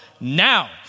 now